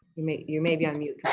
you may you may be on mute?